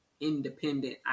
independent